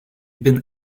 been